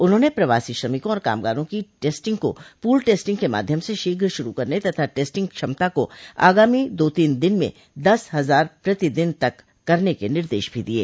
उन्होंने प्रवासी श्रमिकों और कामगारों की टेस्टिंग को पूल टेस्टिंग के माध्यम से शीघ्र शुरू करने तथा टेस्टिंग क्षमता को आगामी दो तीन दिन में दस हजार प्रतिदिन तक करने के निर्देश भी दिये